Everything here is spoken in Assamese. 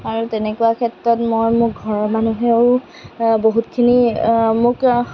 আৰু তেনেকুৱা ক্ষেত্ৰত মই মোৰ ঘৰৰ মানুহেও বহুতখিনি মোক